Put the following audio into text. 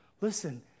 Listen